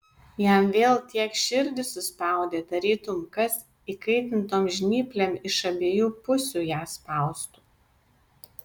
jam vėl tiek širdį suspaudė tarytum kas įkaitintom žnyplėm iš abiejų pusių ją spaustų